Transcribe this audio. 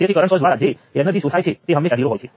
x જે જોડાયેલ છે